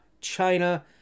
China